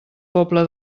pobla